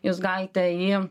jūs galite jį